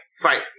fight